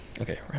okay